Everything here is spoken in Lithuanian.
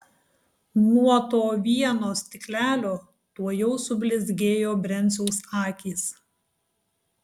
nuo to vieno stiklelio tuojau sublizgėjo brenciaus akys